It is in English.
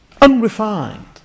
unrefined